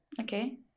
okay